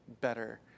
better